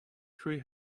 three